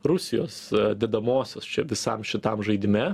rusijos dedamosios čia visam šitam žaidime